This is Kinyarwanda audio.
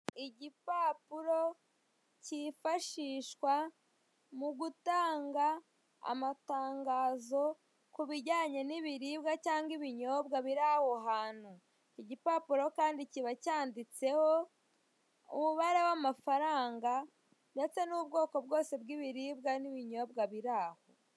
Igipapuro cyifashishwa mu gutanga amatangazo ku bijyanye n'ibiribwa cyangwa ibinyobwa biri aho hantu, igipapuro kandi kiba cyanditseho umubarale w'amafaranga baca ndetse n'ubwoko bwose bw'ibiribwa n'ibinyobwa biri aho.